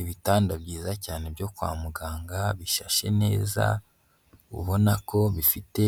Ibitanda byiza cyane byo kwa muganga bishyashe neza, ubona ko bifite